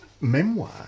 memoir